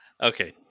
Okay